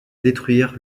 détruire